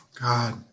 God